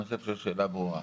אני חושב שהשאלה ברורה.